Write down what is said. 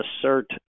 assert